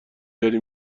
داری